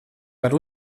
var